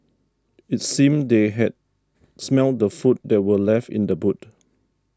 it seemed they had smelt the food that were left in the boot